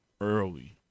early